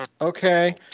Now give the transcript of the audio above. Okay